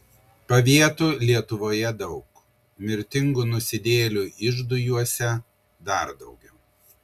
pavietų lietuvoje daug mirtingų nusidėjėlių iždui juose dar daugiau